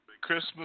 Christmas